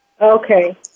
Okay